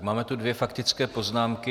Máme tu dvě faktické poznámky.